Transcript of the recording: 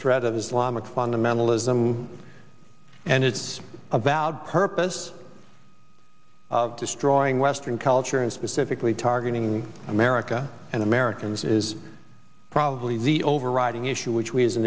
threat of islamic fundamentalism and it's about purpose of destroying western culture and specifically targeting america and americans is probably the overriding issue which we as a